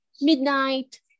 Midnight